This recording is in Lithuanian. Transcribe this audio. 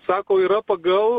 sako yra pagal